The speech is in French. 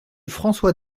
françois